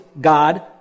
God